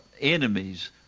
enemies